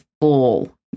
full